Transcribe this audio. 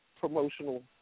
promotional